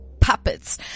puppets